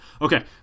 Okay